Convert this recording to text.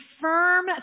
firm